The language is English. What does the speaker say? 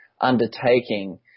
undertaking